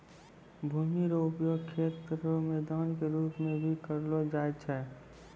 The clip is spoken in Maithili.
भूमि रो उपयोग खेल रो मैदान के रूप मे भी करलो जाय छै